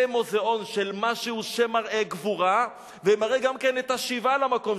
זה מוזיאון של משהו שמראה גבורה ומראה גם את השיבה למקום,